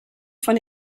von